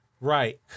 Right